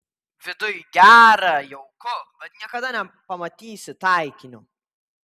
viduj gera jauku bet niekada nepamatysi taikinio